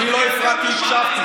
אני לא הפרעתי, הקשבתי.